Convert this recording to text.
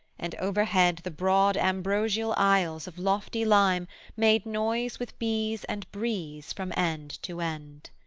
and overhead the broad ambrosial aisles of lofty lime made noise with bees and breeze from end to end.